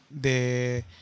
De